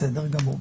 גמור.